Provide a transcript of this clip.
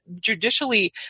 Judicially